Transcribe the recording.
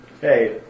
Hey